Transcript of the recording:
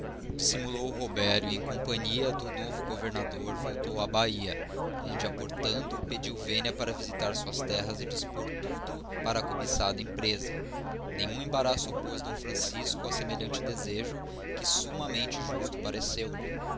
e em companhia do novo governador voltou á bahia onde aportando pediu vénia para visitar suas terras e dispor tudo para a cubicada empreza nenhum embaraço oppoz d francisco a semelhante desejo que summamente justo pareceu lhe